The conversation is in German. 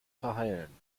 verheilen